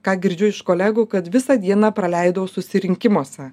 ką girdžiu iš kolegų kad visą dieną praleidau susirinkimuose